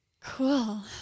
Cool